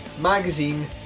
magazine